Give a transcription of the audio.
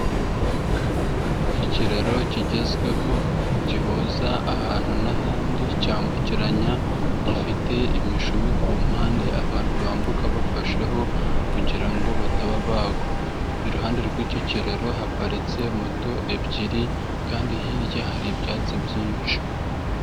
Ikiraro kigezweho gihuza ahantu n'ahandi, cyambukiranya, gifite imishumi ku mpande, abantu bambuka bafasheho kugira ngo bataba bagwa, iruhande rw'icyo kiraro haparitse moto ebyiri kandi hirya hari ibyatsi byinshi.